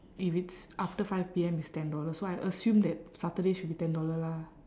if it's after five P_M it's ten dollar so I assume that saturday should be ten dollar lah